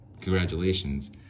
congratulations